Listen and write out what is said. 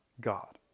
God